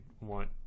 want